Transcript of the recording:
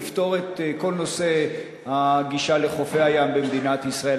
לפתור את כל נושא הגישה לחופי הים במדינת ישראל.